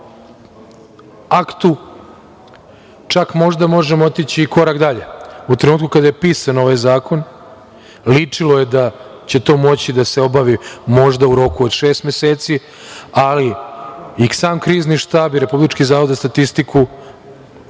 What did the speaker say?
aktu, čak možda možemo otići i korak dalje, u trenutku kada je pisan ovaj zakon ličilo je da će to moći da se obavi možda u roku od šest meseci, ali i sam krizni štab, Republički zavod za statistiku sa